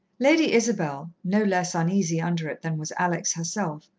lady isabel, no less uneasy under it than was alex herself,